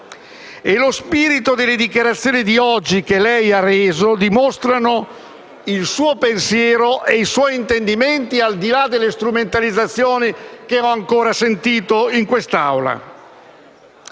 Lo spirito delle dichiarazioni che oggi lei ha reso dimostrano il suo pensiero e i suoi intendimenti, al di là delle strumentalizzazioni che ho ancora sentito in quest'Aula.